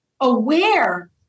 aware